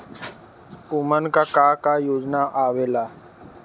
उमन का का योजना आवेला?